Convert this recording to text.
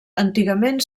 antigament